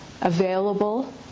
available